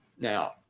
Now